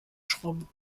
schrubben